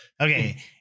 Okay